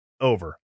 over